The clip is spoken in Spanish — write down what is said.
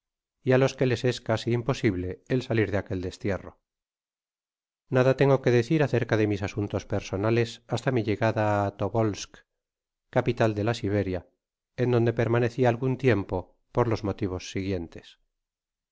á los que les es casi imposible el salir de aquel destierro nada tengo que decir acerca de mis asuntos personales hasta mi llegada á tobolsck capital de la siberia en donde permaneci algún tiempo por los motivos siguientes